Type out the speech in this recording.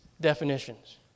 definitions